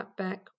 cutback